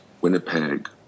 Winnipeg